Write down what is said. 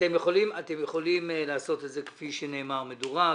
אתם יכולים לעשות את זה כפי שנאמר מדורג,